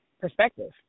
perspective